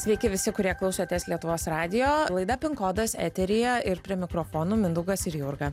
sveiki visi kurie klausotės lietuvos radijo laida pinkodas eteryje ir prie mikrofono mindaugas ir jurga